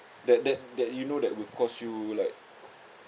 that that that you know that would cost you like